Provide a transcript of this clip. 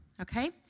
Okay